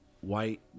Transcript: White